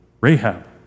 Rahab